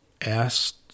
asked